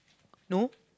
no